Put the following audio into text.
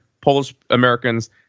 Polish-Americans